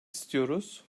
istiyoruz